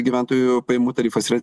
gyventojų pajamų tarifas yra